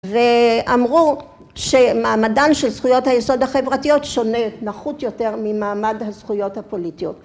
ואמרו שמעמדן של זכויות היסוד החברתיות שונה, נחות יותר ממעמד הזכויות הפוליטיות.